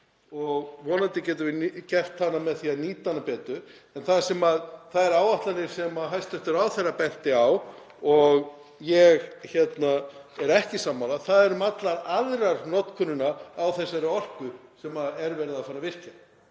og vonandi getum við fengið hana með því að nýta orkuna betur. En þær áætlanir sem hæstv. ráðherra benti á og ég er ekki sammála eru um alla aðra notkun á þessari orku sem er verið að fara að virkja,